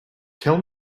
tell